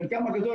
חלקם הגדול,